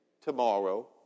tomorrow